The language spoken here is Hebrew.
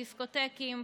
דיסקוטקים,